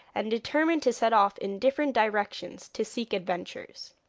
and determined to set off in different directions, to seek adventures.